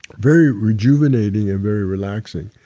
very rejuvenating and very relaxing.